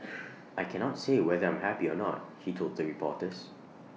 I cannot say whether I'm happy or not he told reporters